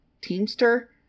teamster